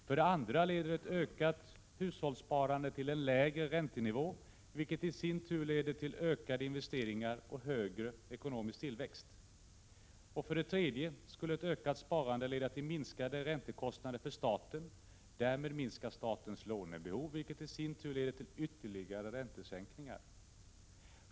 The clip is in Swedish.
För det andra leder ett ökat hushållssparande till en lägre räntenivå, vilket i sin tur leder till ökade investeringar och högre ekonomisk tillväxt. För det tredje skulle ett ökat sparande leda till minskade räntekostnader för staten. Därmed skulle statens lånebehov minska, något som i sin tur möjliggör ytterligare räntesänkningar.